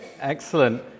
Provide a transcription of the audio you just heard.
Excellent